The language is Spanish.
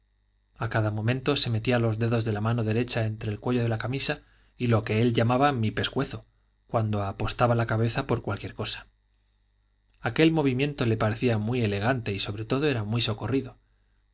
a cada momento se metía los dedos de la mano derecha entre el cuello de la camisa y lo que él llamaba mi pescuezo cuando apostaba la cabeza por cualquier cosa aquel movimiento le parecía muy elegante y sobre todo era muy socorrido